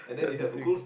that's the thing